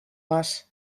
les